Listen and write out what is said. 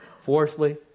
Fourthly